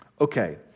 Okay